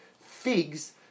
figs